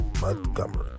Montgomery